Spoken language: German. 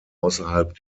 außerhalb